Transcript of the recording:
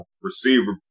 receiver